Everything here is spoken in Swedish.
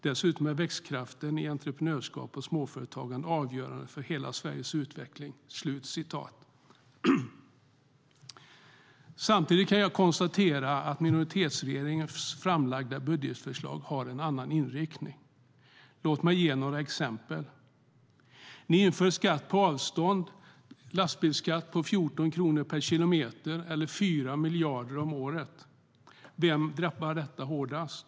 Dessutom är växtkraften i entreprenörskap och småföretagande avgörande för hela Sveriges utveckling. Ni inför en skatt på avstånd - en lastbilsskatt på 14 kronor per mil, eller 4 miljarder om året. Vem drabbar detta hårdast?